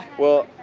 well,